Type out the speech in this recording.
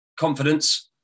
confidence